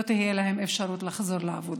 לא תהיה להם אפשרות לחזור לעבודה,